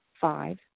Five